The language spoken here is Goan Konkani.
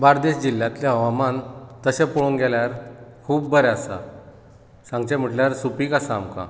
बार्देश जिल्यांतलें हवामान तशें पळोवंक गेल्यार खूब बरें आसा सांगचें म्हटल्यार सुपीक आसा आमकां